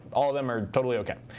all of them are totally ok.